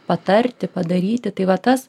patarti padaryti tai va tas